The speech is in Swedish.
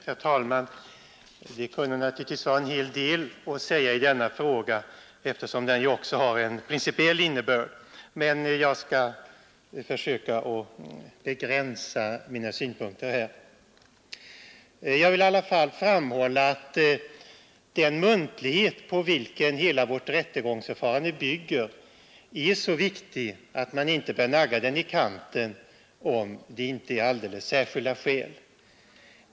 Herr talman! Det kunde naturligtvis vara en hel del att säga i denna fråga, eftersom den ju också har en principiell innebörd. Men jag skall försöka att begränsa mina synpunkter här. Jag vill i alla fall framhålla att den muntlighet på vilken hela vårt rättegångsförfarande bygger är så viktig att man inte bör nagga den i kanten, om det inte finns alldeles särskilda skäl.